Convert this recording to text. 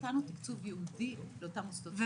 ונתנו תקצוב ייעודי לאותם מוסדות חינוך.